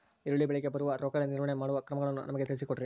ಈರುಳ್ಳಿ ಬೆಳೆಗೆ ಬರುವ ರೋಗಗಳ ನಿರ್ವಹಣೆ ಮಾಡುವ ಕ್ರಮಗಳನ್ನು ನಮಗೆ ತಿಳಿಸಿ ಕೊಡ್ರಿ?